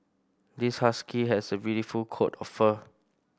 this husky has a beautiful coat of fur